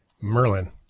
Merlin